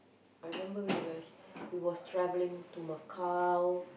I remember we was we was travelling to Macau